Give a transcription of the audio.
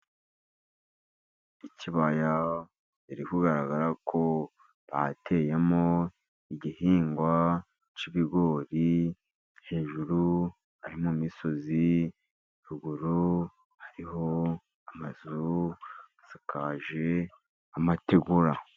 Ikibaya biri kugaragara ko bateyemo igihingwa cy'ibigori, hejuru ari mu misozi, ruguru hariho amazu asakaje amategura.